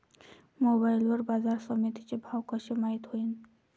Mobile वर बाजारसमिती चे भाव कशे माईत होईन?